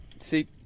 See